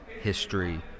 history